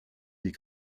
die